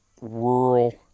rural